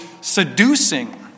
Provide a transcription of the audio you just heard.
seducing